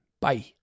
Bye